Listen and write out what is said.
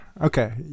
Okay